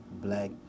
black